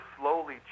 slowly